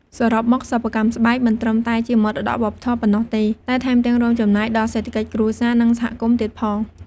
សរុបមក សិប្បកម្មស្បែកមិនត្រឹមតែជាមរតកវប្បធម៌ប៉ុណ្ណោះទេ តែថែមទាំងរួមចំណែកដល់សេដ្ឋកិច្ចគ្រួសារ និងសហគមន៍ទៀតផង។